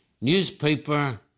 newspaper